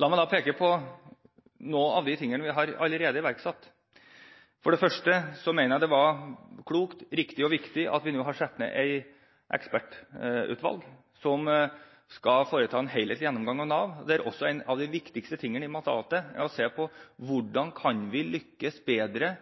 La meg peke på noen av de tingene vi allerede har iverksatt. For det første mener jeg det var klokt, riktig og viktig at vi nå har satt ned et ekspertutvalg som skal foreta en helhetlig gjennomgang av Nav, der en av de viktigste tingene i mandatet er å se på hvordan vi kan lykkes bedre